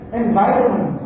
environment